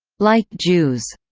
like jews,